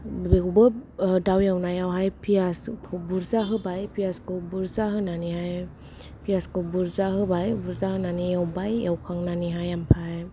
बावबो दाउ एवनायाव हाय प्यास खौ बुरजा होबाय प्यासखौ बुरजा होनानैहाय प्यासखौ बुरजा होबाय बुरजा होनानै एवबाय एवखांनानै हाय ओमफ्राय